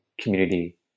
community